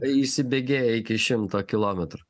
įsibėgėja iki šimto kilometrų